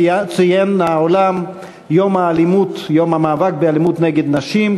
ציין העולם את יום המאבק באלימות נגד נשים,